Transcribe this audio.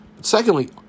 Secondly